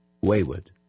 wayward